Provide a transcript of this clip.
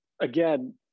again